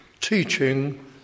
teaching